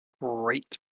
Great